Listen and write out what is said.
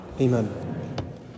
Amen